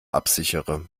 absichere